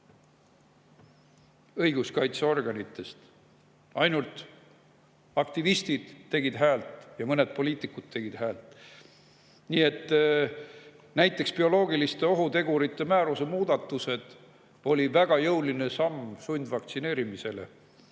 õiguskaitseorganitest keegi. Ainult aktivistid tegid häält ja mõned poliitikud tegid häält. Näiteks bioloogiliste ohutegurite määruse [muutmine] oli väga jõuline samm sundvaktsineerimise